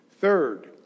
Third